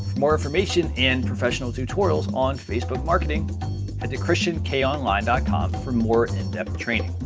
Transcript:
more information and professional tutorials on facebook marketing head to christiankonline dot com for more in-depth training.